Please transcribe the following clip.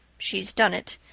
she's done it.